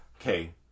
okay